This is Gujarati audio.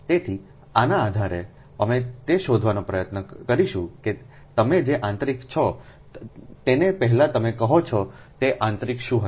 તેથી આના આધારે અમે તે શોધવાનો પ્રયત્ન કરીશું કે તમે જે આંતરિક છો તેને પહેલા તમે કહો છો તે આંતરિક શું હશે